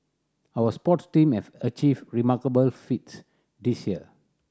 our sports team have achieved remarkable feats this year